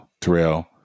Terrell